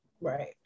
right